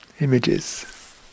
images